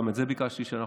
גם את זה ביקשתי שנבדוק,